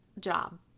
job